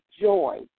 joy